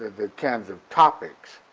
the kinds of topics,